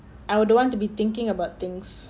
I will don't want to be thinking about things